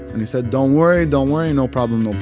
and he said, don't worry, don't worry, no problem, no